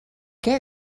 què